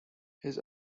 his